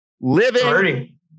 living